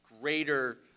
greater